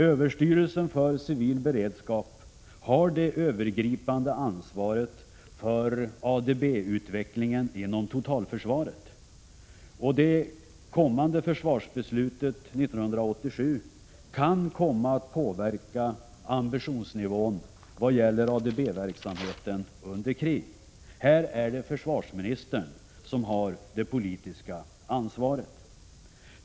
Överstyrelsen för civil beredskap har det övergripande ansvaret för ADB-utvecklingen inom totalförsvaret. Försvarsbeslutet 1987 kan komma att påverka ambitionsnivån i vad gäller ADB-verksamheten under krig. Här är det försvarsministern som har det politiska ansvaret.